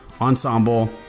ensemble